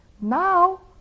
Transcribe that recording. Now